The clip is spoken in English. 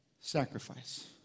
sacrifice